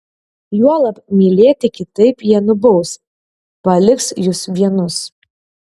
juolab mylėti kitaip jie nubaus paliks jus vienus